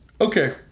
okay